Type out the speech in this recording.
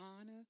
honor